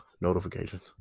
notifications